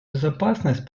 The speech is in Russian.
безопасность